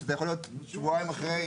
שזה יכול להיות שבועיים אחרי.